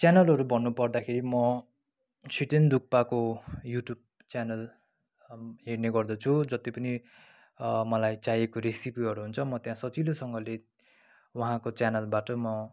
च्यानलहरू भन्नुपर्दाखेरि म छितेन डुक्पाको युट्युब च्यानल हेर्ने गर्दछु जति पनि मलाई चाहिएको रेसिपीहरू हुन्छ म त्यहाँ सजिलोसँगले उहाँको च्यानलबाट म